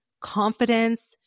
confidence